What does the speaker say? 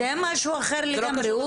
זה משהו אחר לגמרי.